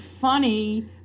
funny